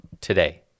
today